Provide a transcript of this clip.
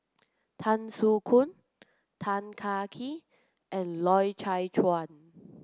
Tan Soo Khoon Tan Kah Kee and Loy Chye Chuan